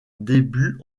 débuts